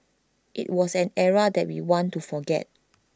IT was an era that we want to forget